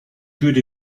good